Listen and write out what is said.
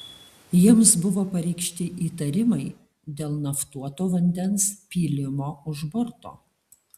jiems buvo pareikšti įtarimai dėl naftuoto vandens pylimo už borto